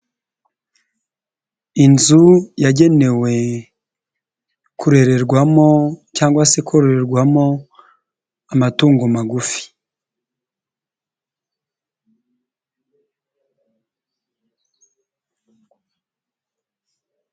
Inzu yagenewe kurererwamo cyangwa se kororerwamo amatungo magufi.